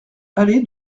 allée